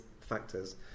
factors